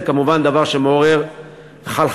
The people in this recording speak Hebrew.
זה כמובן דבר שמעורר חלחלה.